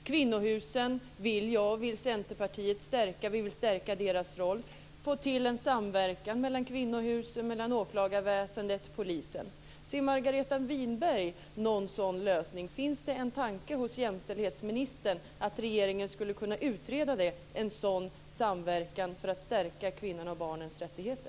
Centerpartiet vill stärka kvinnohusens roll och få till stånd en samverkan mellan kvinnohusen, åklagarväsendet och polisen. Ser Margareta Winberg någon sådan lösning? Finns det en tanke hos jämställdhetsministern om att regeringen skulle kunna utreda en sådan här samverkan för att stärka kvinnornas och barnens rättigheter?